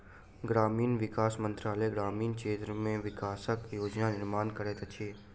ग्रामीण विकास मंत्रालय ग्रामीण क्षेत्र के विकासक योजना निर्माण करैत अछि